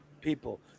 people